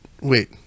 Wait